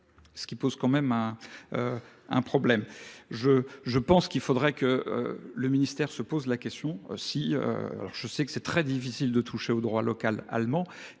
ce qui pose quand même un problème. Je pense qu'il faudrait que le ministère se pose la question si, alors je sais que c'est très difficile de toucher au droit local allemand